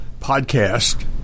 podcast